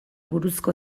buruzko